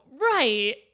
right